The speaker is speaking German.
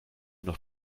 nach